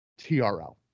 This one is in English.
TRL